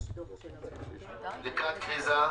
כרגע המצב הוא שאנחנו